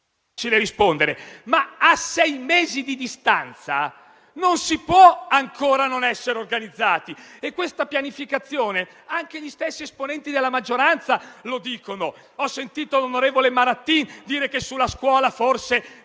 A sei mesi di distanza, però, non si può ancora non essere organizzati e questa pianificazione serve. Anche gli stessi esponenti della maggioranza lo dicono: ho sentito l'onorevole Marattin dire che sulla scuola forse